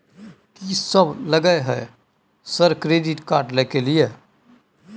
कि सब लगय हय सर क्रेडिट कार्ड लय के लिए?